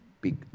Big